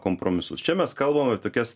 kompromisus čia mes kalbame tokias